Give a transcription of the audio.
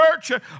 church